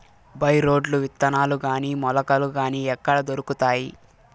By రోడ్లు విత్తనాలు గాని మొలకలు గాని ఎక్కడ దొరుకుతాయి?